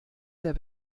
der